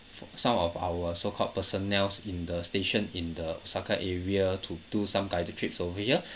for some of our so called personnels in the station in the osaka area to do some guided trips over here